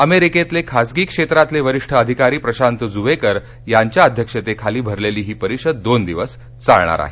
अमेरिकतले खासगी क्षेत्रातले वरिष्ठ अधिकारी प्रशांत जुवेकर यांच्या अध्यक्षतेखाली भरलेली ही परिषद दोन दिवस चालणार आहे